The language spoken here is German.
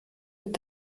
wird